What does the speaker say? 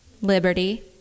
liberty